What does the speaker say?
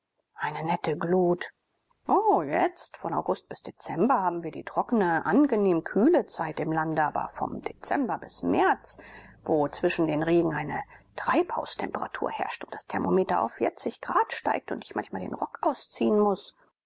eine nette glut o jetzt von august bis dezember haben wir die trockene angenehm kühle zeit im lande aber vom dezember bis märz wo zwischen den regen eine treibhaustemperatur herrscht und das thermometer auf grad steigt und ich manchmal den rock ausziehen muß